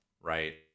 Right